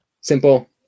simple